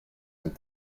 and